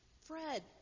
Fred